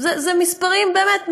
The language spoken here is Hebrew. אלה מספרים באמת מדהימים,